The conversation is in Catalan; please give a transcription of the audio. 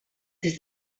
des